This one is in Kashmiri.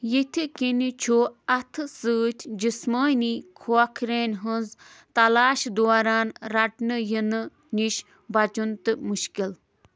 یِتھِ كِنہِ چھُ اَتھٕ سۭتۍ جِسمٲنی كھوكھرٮ۪ن ہٕنٛز تلاش دوران رَٹنہٕ یِنہٕ نِش بچُن تہٕ مُشكِل